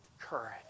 courage